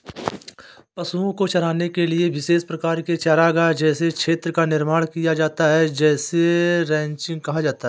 पशुओं को चराने के लिए विशेष प्रकार के चारागाह जैसे क्षेत्र का निर्माण किया जाता है जिसे रैंचिंग कहा जाता है